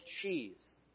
cheese